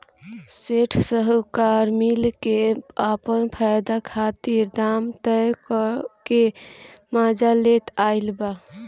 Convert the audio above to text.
सेठ साहूकार मिल के आपन फायदा खातिर दाम तय क के मजा लेत आइल बा